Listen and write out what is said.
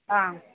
ஆ